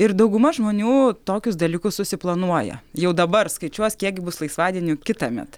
ir dauguma žmonių tokius dalykus susiplanuoja jau dabar skaičiuos kiek gi bus laisvadienių kitąmet